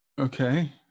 Okay